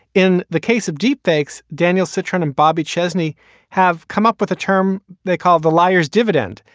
in the case of deepak's, daniel cetron and bobby chesney have come up with a term they call the liars dividend.